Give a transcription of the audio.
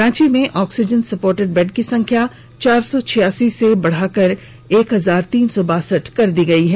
रांची में oxygen supported bed की संख्या चार सौ छियासी से बढ़ाकर एक हजार तीन सौ बासठ कर दी गई है